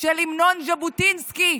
של המנון ז'בוטינסקי.